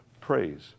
Praise